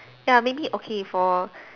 ya maybe okay for